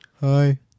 Hi